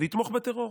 ויתמוך בטרור